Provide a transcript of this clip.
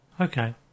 Okay